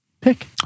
pick